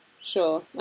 Sure